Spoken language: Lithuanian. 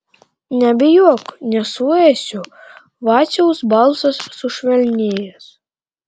nebijok nesuėsiu vaciaus balsas sušvelnėjęs